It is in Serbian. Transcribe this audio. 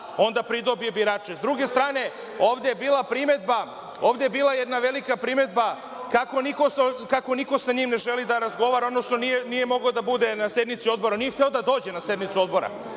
onda pridobije birače.S druge strane, ovde je bila jedna velika primedba kako niko sa njim ne želi da razgovara, odnosno nije mogao da bude na sednici Odbora. Nije hteo da dođe na sednicu Odbora.